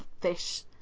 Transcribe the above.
fish